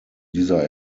dieser